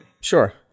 Sure